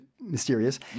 mysterious